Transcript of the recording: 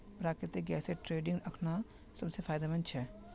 प्राकृतिक गैसेर ट्रेडिंग अखना सब स फायदेमंद छ